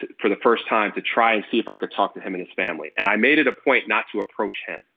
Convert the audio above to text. for the first time to try and see if i could talk to him and his family and i made it a point not to approach him.